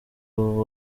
abo